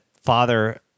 father